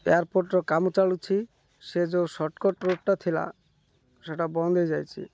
ଏୟାରପୋଟ୍ର କାମ ଚାଳୁଛି ସେ ଯେଉଁ ସଟ୍କଟ୍ ରୁଟ୍ଟା ଥିଲା ସେଇଟା ବନ୍ଦ ହେଇଯାଇଛି